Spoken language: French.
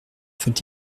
faut